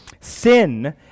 Sin